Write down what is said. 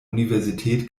universität